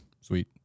Sweet